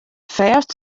fêst